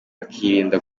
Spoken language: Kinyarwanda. bakirinda